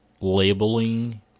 labeling